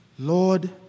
Lord